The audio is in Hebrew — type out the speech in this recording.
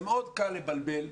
זה מאוד קל לבלבל.